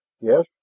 Yes